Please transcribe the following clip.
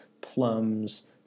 plums